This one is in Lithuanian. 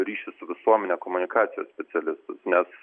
ryšių su visuomene komunikacijos specialistus nes